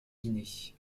guinée